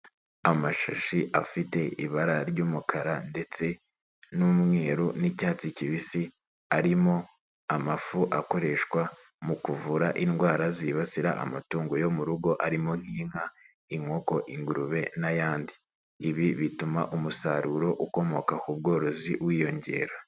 Amashashi afite ibara ry'umukara ndetse n'umweru n'icyatsi kibisi arimo amafu akoreshwa mu kuvura indwara zibasira amatungo yo mu rugo arimo nk'inka, inkoko, ingurube n'ayandi, ibi bituma umusaruro ukomoka ku bworozi wiyongera.